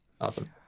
awesome